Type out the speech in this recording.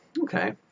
Okay